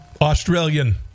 Australian